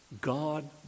God